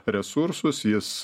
resursus jis